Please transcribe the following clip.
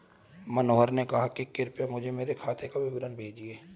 मनोहर ने कहा कि कृपया मुझें मेरे खाते का विवरण भेजिए